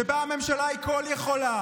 שבהן הממשלה היא כול-יכולה.